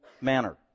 manner